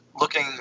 looking